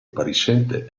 appariscente